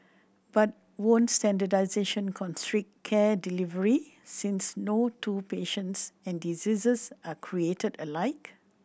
but won't standardisation constrict care delivery since no two patients and diseases are created alike